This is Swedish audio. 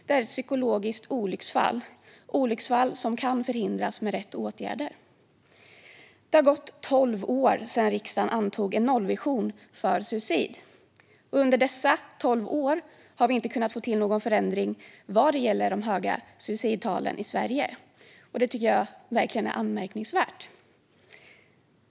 Det är ett psykologiskt olycksfall - ett olycksfall som kan förhindras med rätt åtgärder. Det har gått tolv år sedan riksdagen antog en nollvision för suicid. Och under dessa tolv år har vi inte kunnat få till någon förändring vad gäller de höga suicidtalen i Sverige. Det tycker jag verkligen är anmärkningsvärt.